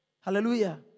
Hallelujah